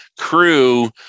crew